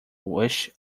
welsh